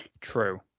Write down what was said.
True